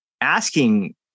asking